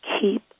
keep